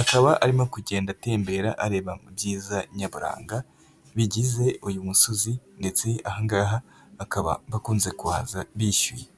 akaba arimo kugenda atembera areba mu byiza nyaburanga bigize uyu musozi ndetse aha ngaha bakaba bakunze kuhaza bishyuye.